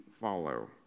follow